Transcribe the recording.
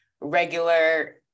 regular